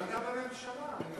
אבל אתה בממשלה, אני לא מבין.